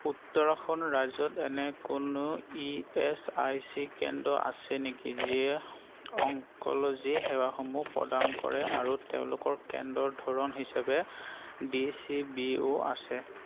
উত্তৰাখণ্ড ৰাজ্যত এনে কোনো ই এচ আই চি কেন্দ্ৰ আছে নেকি যিয়ে অংক'লজি সেৱাসমূহ প্ৰদান কৰে আৰু তেওঁলোকৰ কেন্দ্ৰৰ ধৰণ হিচাপে ডি চি বি ও আছে